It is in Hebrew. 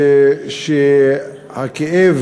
ואת הכאב